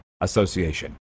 Association